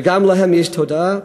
וגם להם יש תודעה,